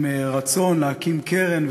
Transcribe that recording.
עם רצון להקים קרן,